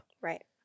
Right